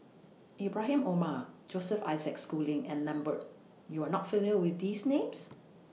Ibrahim Omar Joseph Isaac Schooling and Lambert YOU Are not familiar with These Names